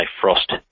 frost